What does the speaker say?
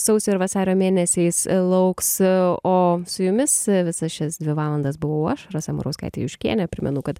sausio ir vasario mėnesiais lauks o su jumis visas šias dvi valandas buvau aš rasa murauskaitė juškienė primenu kad